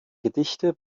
gedichte